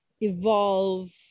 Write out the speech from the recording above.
evolve